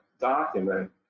document